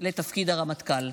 לתפקיד הרמטכ"ל.